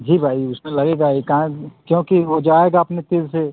जी भाई उसमें लगेगा एकान क्योंकि वो जाएगा अपने तेल से